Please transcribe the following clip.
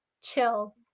chill